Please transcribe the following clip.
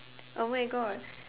oh my God